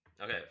okay